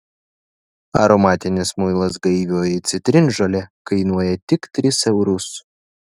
aromatinis muilas gaivioji citrinžolė kainuoja tik tris eurus